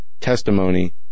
testimony